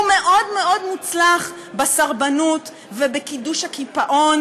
הוא מאוד מאוד מוצלח בסרבנות ובקידוש הקיפאון